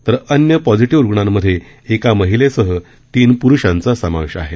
तर अन्य पॉझिटिव्ह रुग्णांमध्ये एका महिलेसह तीन प्रुषांचा समावेश आहे